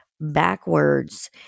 backwards